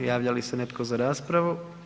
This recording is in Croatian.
Javlja li se netko za raspravu?